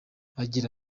agira